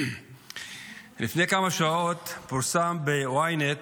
לפני כמה שעות פורסמה ב-ynet